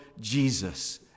Jesus